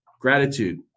gratitude